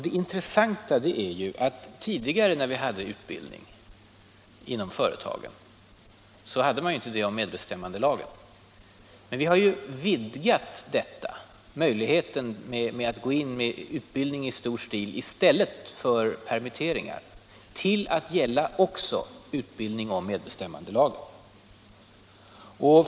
Det intressanta är ju att tidigare utbildning inom företagen inte omfattade medbestämmandelagen. Men vi har ju vidgat möjligheten att gå in med utbildning i stället för att permittera till att gälla också utbildning om medbestämmandelagen.